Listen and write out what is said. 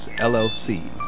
LLC